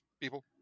people